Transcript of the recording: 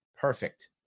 Perfect